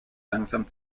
langsam